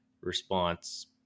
response